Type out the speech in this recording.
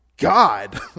God